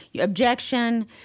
objection